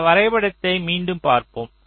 இந்த வரைபடத்தை மீண்டும் பார்ப்போம்